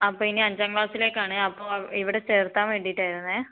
അപ്പം ഇനി അഞ്ചാം ക്ലാസ്സിലേക്കാണ് അപ്പോൾ ഇവിടെ ചേർക്കാൻ വേണ്ടിട്ടായിരുന്നു